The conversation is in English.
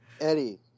Eddie